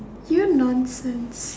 you're nonsense